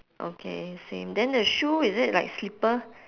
okay same then the shoe is it like slipper